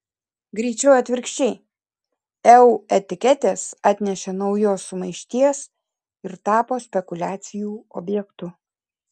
greičiau atvirkščiai eu etiketės atnešė naujos sumaišties ir tapo spekuliacijų objektu